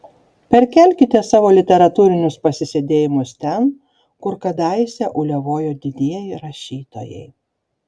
perkelkite savo literatūrinius pasisėdėjimus ten kur kadaise uliavojo didieji rašytojai